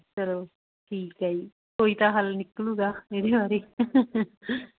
ਚਲੋ ਠੀਕ ਹੈ ਜੀ ਕੋਈ ਤਾਂ ਹੱਲ ਨਿਕਲੂਗਾ ਇਹਦੇ ਬਾਰੇ